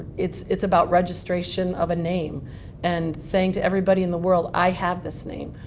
it's it's about registration of a name and saying to everybody in the world i have this name.